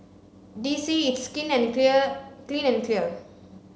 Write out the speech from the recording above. D C it's Skin and Clear Clean and Clear